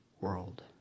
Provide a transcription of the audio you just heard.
world